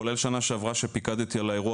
כולל שנה שעברה שפיקדתי על האירוע